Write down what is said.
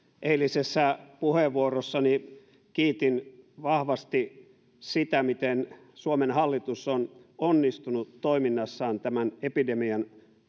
eilisessä puheenvuorossani kiitin vahvasti sitä miten suomen hallitus on onnistunut toiminnassaan tämän epidemian